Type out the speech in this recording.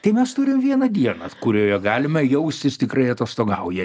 tai mes turim vieną dieną kurioje galime jaustis tikrai atostogauja